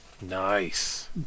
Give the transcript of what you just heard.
Nice